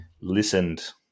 listened